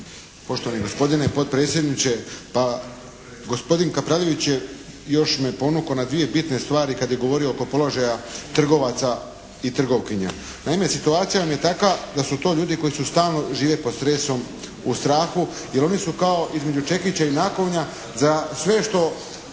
Poštovani gospodine potpredsjedniče, pa gospodin Kapraljević je još me ponukao na dvije bitne stvari kad je govorio oko položaja trgovaca i trgovkinja. Naime, situacija vam je takva da su to ljudi koji su stalno, žive pod stresom u strahu jer oni su kao između čekića i nakovnja za sve što